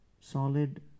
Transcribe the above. Solid